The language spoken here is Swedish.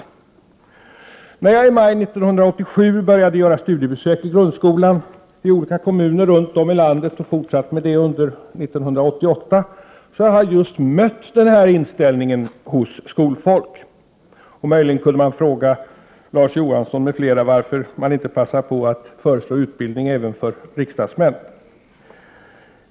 När jag i maj 1987 började göra studiebesök i grundskolan i olika kommuner runt om i landet och fortsatt med detta under 1988 har jag mött denna inställning hos skolfolk. Möjligen kunde man fråga Larz Johansson m.fl. varför de inte passar på att föreslå utbildning även för riksdagsmän.